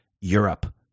Europe